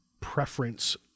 preference